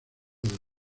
del